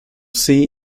sea